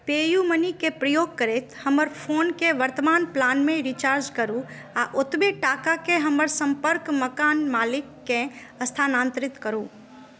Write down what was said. पेयूमनीके प्रयोग करैत हमर फोनके वर्तमान प्लानमे रिचार्ज करू आ ओतबे टाकाके हमर सम्पर्क मकान मालिकके स्थानांतरित करू